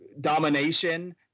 domination